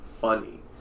funny